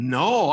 no